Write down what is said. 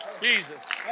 Jesus